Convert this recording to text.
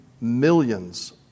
millions